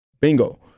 Bingo